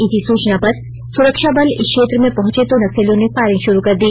इसी सूचना पर सुरक्षाबल इस क्षेत्र में पहंचे तो नक्सलियों ने फायरिंग शुरू कर दी